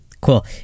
Cool